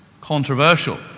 Controversial